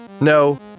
No